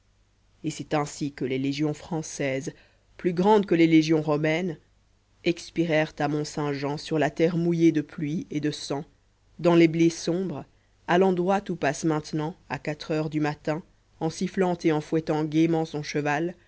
et c'est ainsi que les légions françaises plus grandes que les légions romaines expirèrent à mont-saint-jean sur la terre mouillée de pluie et de sang dans les blés sombres à l'endroit où passe maintenant à quatre heures du matin en sifflant et en fouettant gaîment son cheval